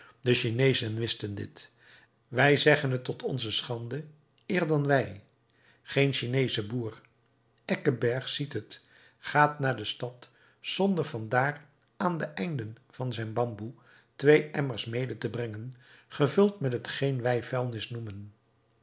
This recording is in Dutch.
de chineezen wisten dit wij zeggen het tot onze schande eer dan wij geen chineesche boer eckeberg zegt het gaat naar de stad zonder van daar aan de einden van zijn bamboe twee emmers mede te brengen gevuld met hetgeen wij vuilnis noemen